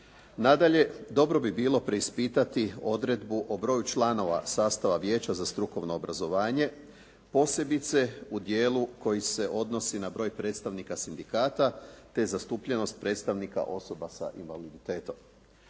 Nadalje, dobro bi bilo preispitati odredbu o broju članova sastava Vijeća za strukovno obrazovanje, posebice u dijelu koji se odnosi na broj predstavnika sindikata, te zastupljenost predstavnika osoba sa invaliditetom.